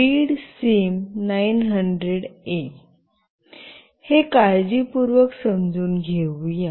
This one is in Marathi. रीडसिम900 ए readSIM900A हे काळजीपूर्वक समजून घेऊया